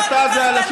הביתה.